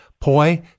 Poi